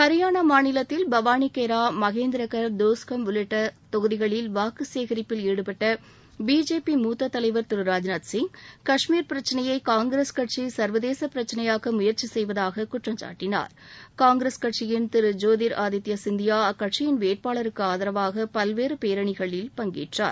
ஹாரியனா மாநிலத்தில் பவானிகேரா மகேந்திரகர் தோஸ்ஹம் உள்ளிட்ட தொகுதிகளில் வாக்குச்சேகரிப்பில் ஈடுபட்ட பிஜேபி மூத்த தலைவர் திரு ராஜ்நாத்சிங் காஷ்மீர் பிரச்சனையை காங்கிரஸ் கட்சி சர்வதேச பிரச்சனையாக்க முயற்சி செய்வதாக குற்றம் சாட்டினார் காங்கிரஸ் கட்சியின் திரு ஜோதீர் ஆதித்ப சிந்தியா அக்கட்சியின் வேட்பாளருக்கு ஆதரவாக பல்வேறு பேரணிகளில் பங்கேற்றார்